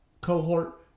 cohort